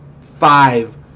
five